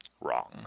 wrong